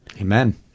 Amen